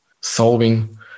solving